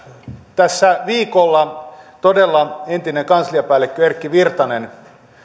tässä viikolla entinen kansliapäällikkö erkki virtanen